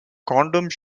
condoms